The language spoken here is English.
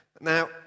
Now